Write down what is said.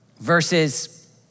verses